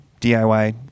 DIY